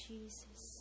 Jesus